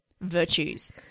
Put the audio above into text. virtues